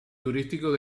turísticos